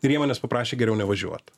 ir jie manęs paprašė geriau nevažiuot